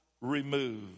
remove